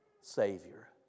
Savior